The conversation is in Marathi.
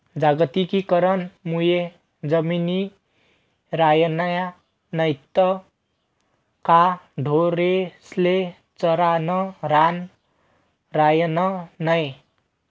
जागतिकीकरण मुये जमिनी रायन्या नैत का ढोरेस्ले चरानं रान रायनं नै